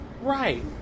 Right